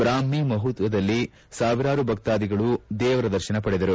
ಬ್ರಾಟ್ನ ಮುಹೂರ್ತದಲ್ಲಿ ಸಾವಿರಾರು ಭಕ್ತಾದಿಗಳು ದೇವರ ದರ್ಶನ ಪಡೆದರು